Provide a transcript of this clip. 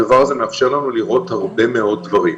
הדבר הזה מאפשר לנו לראות הרבה מאוד דברים.